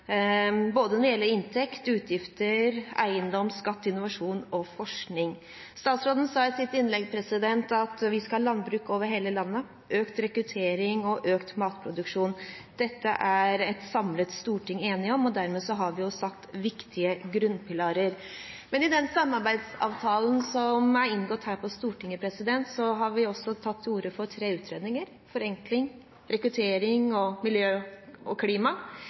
både når det gjelder inntekter, utgifter, eiendomsskatt, innovasjon og forskning. Statsråden sa i sitt innlegg at vi skal ha landbruk over hele landet, økt rekruttering og økt matproduksjon. Dette er et samlet storting enige om, og dermed har vi satt viktige grunnpilarer. Men i den samarbeidsavtalen som er inngått her på Stortinget, har vi også tatt til orde for tre utredninger: om forenkling, rekruttering og miljø og klima.